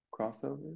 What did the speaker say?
crossovers